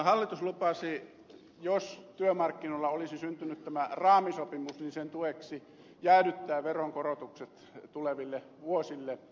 hallitus lupasi jos työmarkkinoilla olisi syntynyt tämä raamisopimus sen tueksi jäädyttää veronkorotukset tuleville vuosille